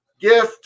gift